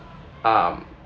um